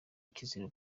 kizira